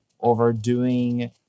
overdoing